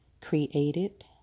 created